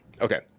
Okay